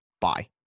Bye